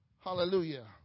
Hallelujah